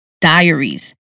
diaries